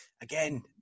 Again